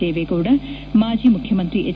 ದೇವೇಗೌಡ ಮಾಜಿ ಮುಖ್ಯಮಂತ್ರಿ ಎಚ್